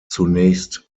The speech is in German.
zunächst